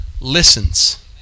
listens